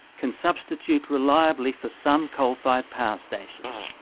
can substitute reliably for some coal-fired power stations.